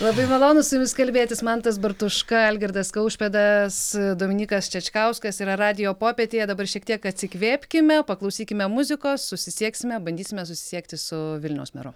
labai malonu su jumis kalbėtis mantas bartuška algirdas kaušpėdas dominykas čečkauskas yra radijo popietėje dabar šiek tiek atsikvėpkime paklausykime muzikos susisieksime bandysime susisiekti su vilniaus meru